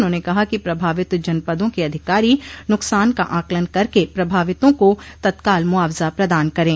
उन्होंने कहा कि प्रभावित जनपदों के अधिकारी न्कसान का आंकलन करके प्रभावितों को तत्काल मुआवजा प्रदान करे